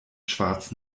schwarz